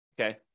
Okay